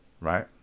right